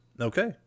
Okay